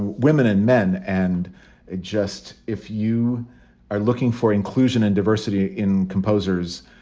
women and men. and just if you are looking for inclusion and diversity in composers,